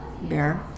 Bear